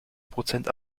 prozent